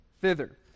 thither